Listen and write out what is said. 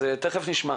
תכף נשמע.